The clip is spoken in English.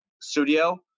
Studio